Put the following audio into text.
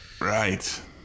Right